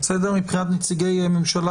מבחינת נציגי הממשלה.